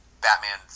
Batman